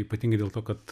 ypatingai dėl to kad